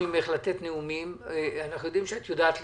אני אומר מה בהחלטה, כדי שתבין.